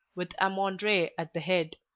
with ammon-re at the head.